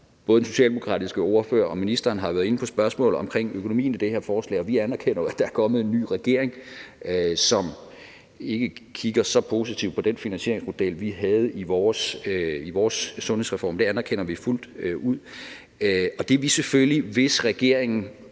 Både den socialdemokratiske ordfører og ministeren har været inde på spørgsmålet om økonomien i det her forslag, og vi anerkender jo, at der er kommet en ny regering, som ikke kigger så positivt på den finansieringsmodel, vi havde i vores sundhedsreform. Det anerkender vi fuldt ud. Hvis et flertal her